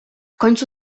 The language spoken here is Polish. końcu